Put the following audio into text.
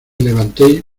levanté